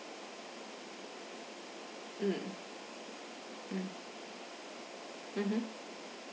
mm mm mmhmm